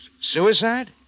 Suicide